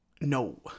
No